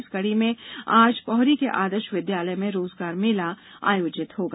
इसी कड़ी में आज पोहरी के आदर्ष विद्यालय में रोजगार मेला आयोजित होगा